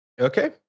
Okay